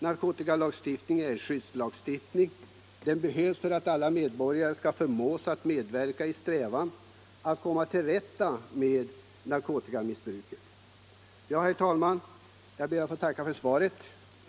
Narkotikalagstiftningen är en skyddslagstiftning. Den behövs för att alla medborgare skall förmås att medverka i strävandena att komma till rätta med narkotikamissbruket. Jag ber, herr talman, att få tacka för svaret.